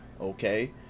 okay